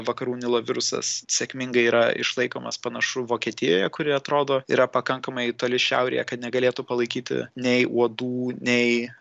vakarų nilo virusas sėkmingai yra išlaikomas panašu vokietijoje kuri atrodo yra pakankamai toli šiaurėje kad negalėtų palaikyti nei uodų nei